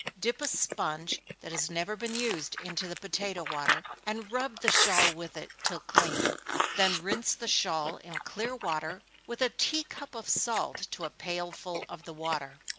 dip a sponge, that has never been used, into the potato water, and rub the shawl with it till clean then rinse the shawl in clear water, with a tea-cup of salt to a pailful of the water.